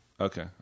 Okay